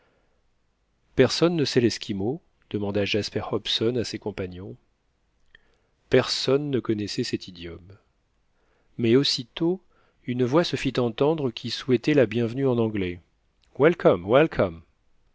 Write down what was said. personne ne sait l'esquimau demanda jasper hobson à ses compagnons personne ne connaissait cet idiome mais aussitôt une voix se fit entendre qui souhaitait la bienvenue en anglais welcome welcome